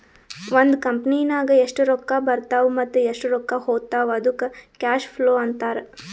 ಒಂದ್ ಕಂಪನಿನಾಗ್ ಎಷ್ಟ್ ರೊಕ್ಕಾ ಬರ್ತಾವ್ ಮತ್ತ ಎಷ್ಟ್ ರೊಕ್ಕಾ ಹೊತ್ತಾವ್ ಅದ್ದುಕ್ ಕ್ಯಾಶ್ ಫ್ಲೋ ಅಂತಾರ್